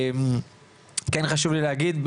כן חשוב לי להגיד,